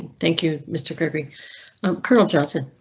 thank you mr kirby um colonel johnson.